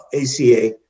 ACA